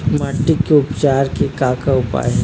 माटी के उपचार के का का उपाय हे?